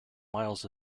miles